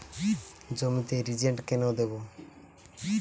জমিতে রিজেন্ট কেন দেবো?